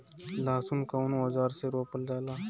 लहसुन कउन औजार से रोपल जाला?